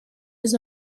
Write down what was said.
his